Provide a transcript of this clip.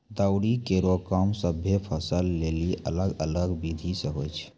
दौरी केरो काम सभ्भे फसल लेलि अलग अलग बिधि सें होय छै?